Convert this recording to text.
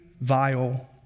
vile